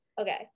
okay